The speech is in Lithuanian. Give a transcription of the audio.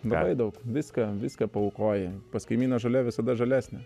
labai daug viską viską paaukoji pas kaimyną žolė visada žalesnė